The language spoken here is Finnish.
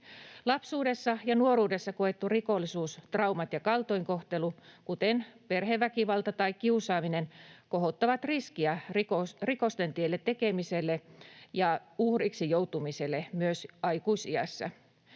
Lapsuudessa ja nuoruudessa koettu rikollisuus, traumat ja kaltoinkohtelu, kuten perheväkivalta tai kiusaaminen, kohottavat riskiä rikosten tekemiselle ja uhriksi joutumiselle myös aikuisiässä.